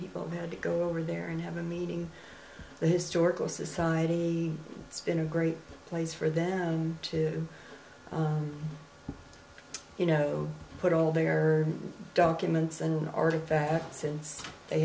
people had to go over there and have a meeting the historical society it's been a great place for them to you know put all their documents an artifact since they